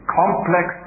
complex